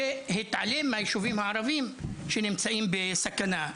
שהתעלם מהיישובים הערביים שנמצאים בסכנה.